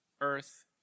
Earth